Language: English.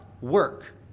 work